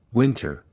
winter